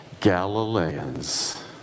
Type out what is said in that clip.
Galileans